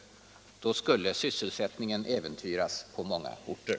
Då skulle sysselsättningen äventyras på många orter.